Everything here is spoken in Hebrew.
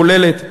הכוללת מודיעין,